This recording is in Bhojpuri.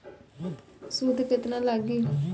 सूद केतना लागी?